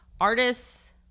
artists